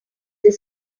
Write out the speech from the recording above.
they